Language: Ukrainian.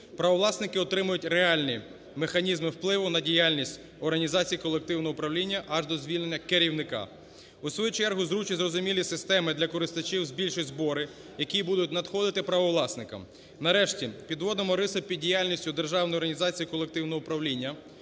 Правовласники отримують реальні механізми впливу на діяльність організацій колективного управління, аж до звільнення керівника. У свою чергу, зручні зрозумілі системи для користувачів збільшать збори, які будуть надходити правовласникам. Нарешті, підводимо риску під діяльністю